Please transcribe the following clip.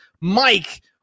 Mike